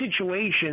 situation